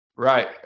Right